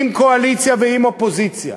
עם הקואליציה ועם האופוזיציה,